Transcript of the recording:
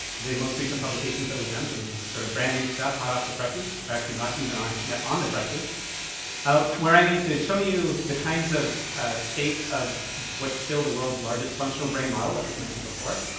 the most recent publications that we've done, so this is sort of brand new stuff hot, off the presses or actually, not even yet on the presses ah where i'm going to show you the kinds of state of what's still the world's largest functional brain model that was mentioned before.